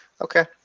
Okay